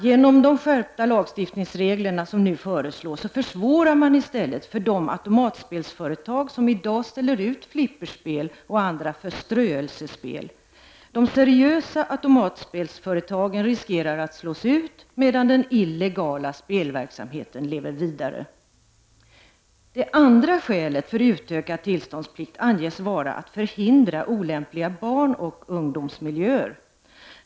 Genom de skärpta lagstiftningsregler som nu föreslås försvårar man i stället för de automatspelsföretag som i dag ställer ut flipperspel och andra förströelsespel. De seriösa automatspelsföretagen riskerar att slås ut, medan den illegala spelverksamheten lever vidare. Det andra skälet för utökad tillståndsplikt anges vara att förhindra olämpliga barnoch ungdomsmiljöer.